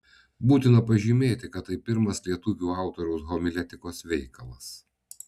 būtina pažymėti kad tai pirmas lietuvio autoriaus homiletikos veikalas